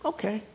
Okay